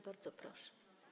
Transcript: Bardzo proszę.